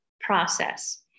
process